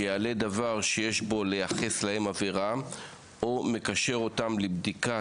שיעלה דבר שיש בו לייחס להם עבירה או מקשר אותם לבדיקה,